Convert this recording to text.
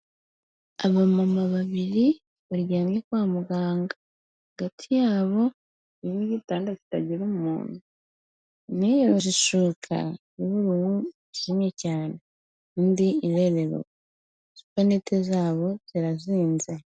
Abamama babiri baryamye kwa muganga. Hagati yabo harimo ibitanda bitagira umuntu. Umwe yiyoroshe ishuka y'ubururu yijimye cyane undi irereruka. Supanete zabo zirazinze.